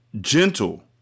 Gentle